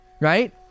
Right